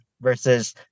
versus